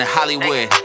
Hollywood